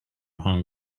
hong